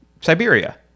Siberia